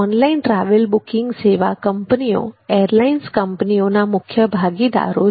online travels booking સેવા કંપનીઓ airlines કંપનીઓના મુખ્ય ભાગીદારો છે